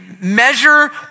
measure